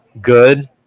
good